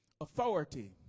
Authority